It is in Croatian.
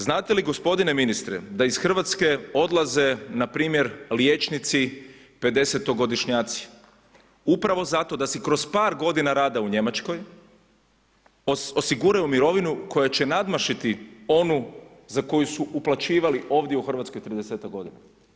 Znate li gospodine ministre da iz Hrvatske odlaze npr. liječnici 50-to godišnjaci upravo zato da si kroz par godina rada u Njemačkoj osiguraju mirovinu koja će nadmašiti onu za koju su uplaćivali ovdje u Hrvatskoj 30-tak godina?